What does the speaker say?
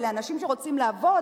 אלה אנשים שרוצים לעבוד,